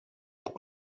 που